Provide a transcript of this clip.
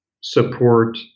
support